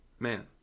Man